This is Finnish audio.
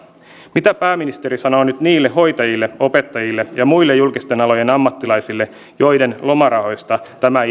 mitä pääministeri sanoo nyt niille hoitajille opettajille ja muille julkisten alojen ammattilaisille joiden lomarahoista tämä